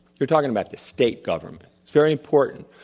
you are talking about the state government. it's very important.